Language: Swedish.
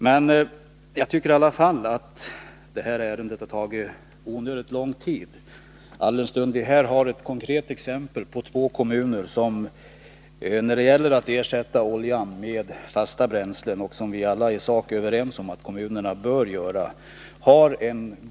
Men jag tycker i alla fall att behandlingen av detta ärende har tagit onödigt lång tid. Vi har här ett konkret exempel på två kommuner som har en god framförhållning när det gäller att ersätta olja med fasta bränslen, vilket vi alla i sak är överens om att kommunerna bör göra.